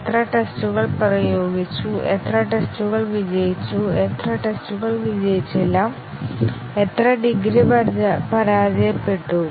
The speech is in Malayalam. എത്ര ടെസ്റ്റുകൾ പ്രയോഗിച്ചു എത്ര ടെസ്റ്റുകൾ വിജയിച്ചു എത്ര ടെസ്റ്റുകൾ വിജയിച്ചില്ല എത്ര ഡിഗ്രീ പരാജയപ്പെട്ടു